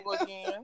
again